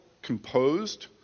composed